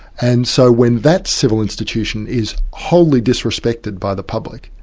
and so when that civil institution is wholly disrespected by the public,